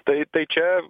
tai tai čia